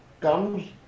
comes